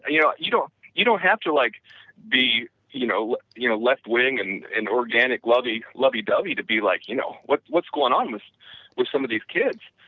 ah yeah you don't you don't have to like the you know you know left wing and inorganic lovey-dovey lovey-dovey to be like, you know, what's what's going on with with some of these kids